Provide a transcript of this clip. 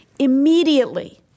Immediately